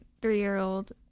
three-year-old